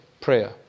prayer